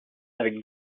avec